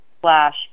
slash